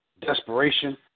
desperation